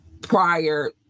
prior